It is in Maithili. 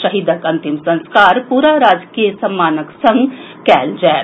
शहीदक अंतिम संस्कार पूरा राजकीय सम्मानक संग कयल जायत